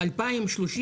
ב-2030,